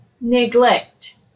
neglect